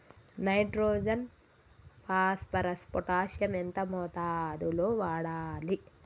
Nitrogen phosphorus potassium ఎంత మోతాదు లో వాడాలి?